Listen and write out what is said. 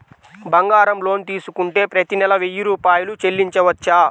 బంగారం లోన్ తీసుకుంటే ప్రతి నెల వెయ్యి రూపాయలు చెల్లించవచ్చా?